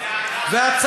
זה על דעת,